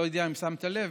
אני לא יודע אם שמת לב,